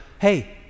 hey